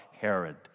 Herod